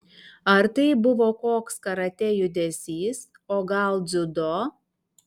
ar tai buvo koks karatė judesys o gal dziudo